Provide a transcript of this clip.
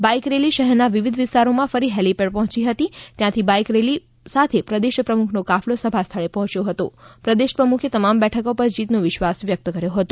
bike rally શહેરના વિવિધ વિસ્તારોમાં ફરી હેલિપેડ પહોંચી હતી જ્યાંથી બાઇક રેલી સાથે પ્રદેશ પ્રમુખનો કાફલો સભા સ્થળે પહોંચ્યો હતો પ્રદેશ પ્રમુખે તમામ બેઠકો પર જીતનો વિશ્વાસ વ્યક્ત કર્યો હતો